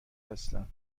هستم